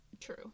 True